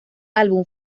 álbum